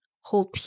hold